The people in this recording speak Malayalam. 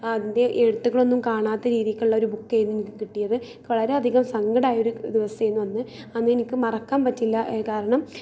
അതിൻ്റെ എഴുത്തുകളൊന്നും കാണാത്ത രീതിക്കുള്ളൊരു ബുക്ക് ആയിരുന്നു എനിക്ക് കിട്ടിയത് വളരെ അധികം സങ്കടമായൊരു ദിവസേനു അന്ന് അന്ന് എനിക്ക് മറക്കാൻ പറ്റില്ല കാരണം